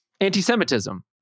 anti-Semitism